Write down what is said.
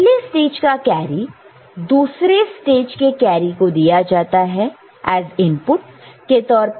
पहले स्टेज का कैरी दूसरे स्टेज के कैरी को दिया जाता है इनपुट के तौर पर